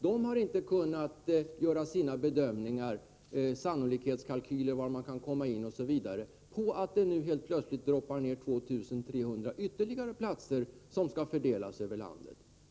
De har inte kunnat göra sina bedömningar eller sannolikhetskalkyler av var de kan komma in på att det nu plötsligt droppar ned 2 300 ytterligare platser, som skall fördelas över landet.